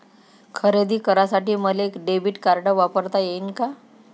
खरेदी करासाठी मले डेबिट कार्ड वापरता येईन का?